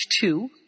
two